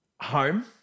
Home